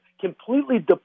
completely